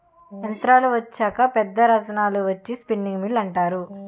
యంత్రాలు వచ్చాక పెద్ద రాట్నాలు వచ్చి స్పిన్నింగ్ మిల్లు అంటారు